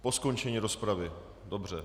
Po skončení rozpravy, dobře.